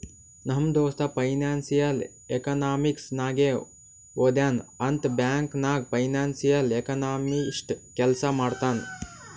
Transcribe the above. ನಮ್ ದೋಸ್ತ financial economics ನಾಗೆ ಓದ್ಯಾನ್ ಅಂತ್ ಬ್ಯಾಂಕ್ ನಾಗ್ ಫೈನಾನ್ಸಿಯಲ್ ಎಕನಾಮಿಸ್ಟ್ ಕೆಲ್ಸಾ ಮಾಡ್ತಾನ್